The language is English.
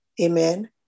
Amen